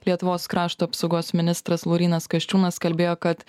lietuvos krašto apsaugos ministras laurynas kasčiūnas kalbėjo kad